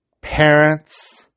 parents